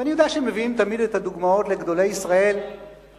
ואני יודע שמביאים תמיד את הדוגמאות לגדולי ישראל,